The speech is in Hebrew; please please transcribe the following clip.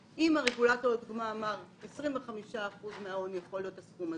אם הרגולטור אמר ש-25% מההון יכול להיות הסכום הזה,